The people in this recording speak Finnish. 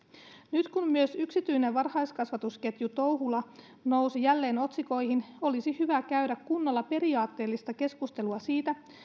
nyt kun myös yksityinen varhaiskasvatusketju touhula nousi jälleen otsikoihin olisi hyvä käydä kunnolla periaatteellista keskustelua siitä